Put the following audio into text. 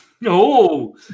No